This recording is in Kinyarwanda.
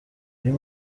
muri